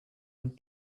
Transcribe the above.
and